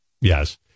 yes